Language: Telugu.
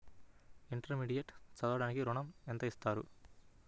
ఇంటర్మీడియట్ చదవడానికి ఋణం ఎంత ఇస్తారు?